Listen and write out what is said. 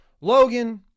Logan